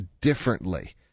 differently